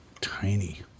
tiny